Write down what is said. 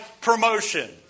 Promotion